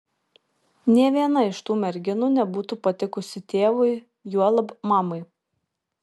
nė viena iš tų merginų nebūtų patikusi tėvui juolab mamai